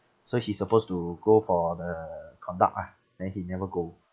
so he supposed to go for the conduct ah then he never go